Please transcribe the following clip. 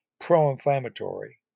pro-inflammatory